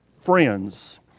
friends